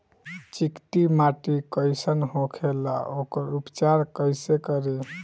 चिकटि माटी कई सन होखे ला वोकर उपचार कई से करी?